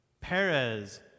Perez